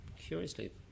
curiously